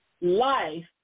life